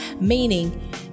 Meaning